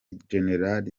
general